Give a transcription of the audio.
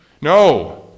No